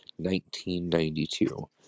1992